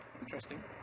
interesting